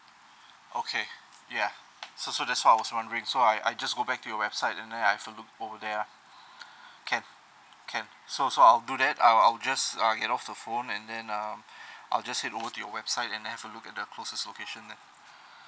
okay yeah so so that's why I was wondering so I I just go back to your website and then I have a look over there lah can can so so I'll do that I'll I'll just uh gt off the phone and then um I'll just head over to your website and then have a look at the closest location there